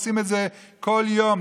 עושים את זה כל יום.